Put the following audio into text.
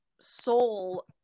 soul